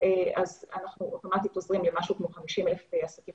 אנחנו אוטומטית עוזרים לכ-50,000 עסקים